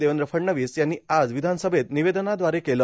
देवेंद्र फडणवीस यांनी आज विधानसभेत निवेदनाद्वारे केलं